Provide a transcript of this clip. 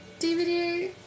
DVD